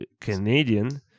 Canadian